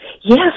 Yes